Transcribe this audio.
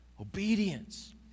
Obedience